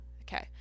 Okay